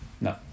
No